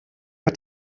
hat